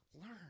Learn